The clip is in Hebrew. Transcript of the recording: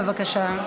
בבקשה.